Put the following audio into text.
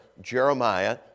Jeremiah